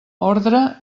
ordre